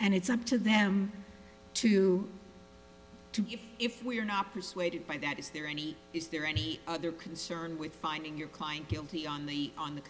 and it's up to them to to if we're not persuaded by that is there any is there any other concern with finding your client guilty on the on the